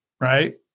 right